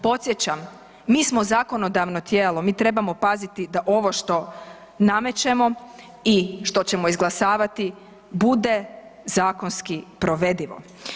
Podsjećam, mi smo zakonodavno tijelo, mi trebamo paziti da ovo što namećemo i što ćemo izglasavati bude zakonski provedivo.